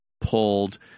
pulled